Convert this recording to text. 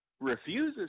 refuses